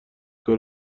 کره